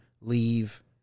leave